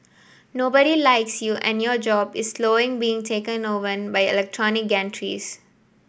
nobody likes you and your job is being taken over by electronic gantries